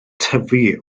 tyfu